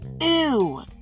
ew